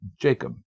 Jacob